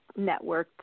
networked